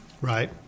right